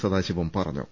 സദാശിവം പറ ഞ്ഞു